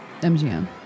MGM